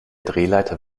drehleiter